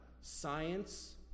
science